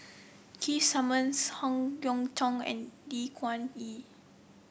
Keith Simmons Howe Yoon Chong and Lee Kuan Yew